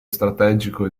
strategico